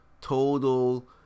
total